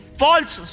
false